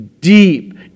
deep